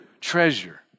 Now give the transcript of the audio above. treasure